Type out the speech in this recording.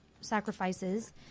sacrifices